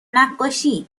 نقاشی